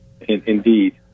indeed